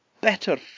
better